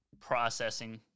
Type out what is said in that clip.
processing